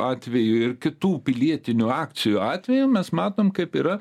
atveju ir kitų pilietinių akcijų atveju mes matom kaip yra